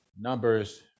numbers